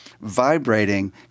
vibrating